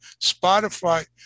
Spotify